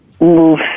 move